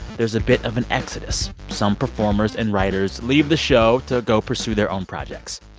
there's a bit of an exodus. some performers and writers leave the show to go pursue their own projects.